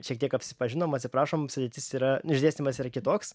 šiek tiek apsipažinom atsiprašom sudėtis yra nu išdėstymas yra kitoks